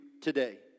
today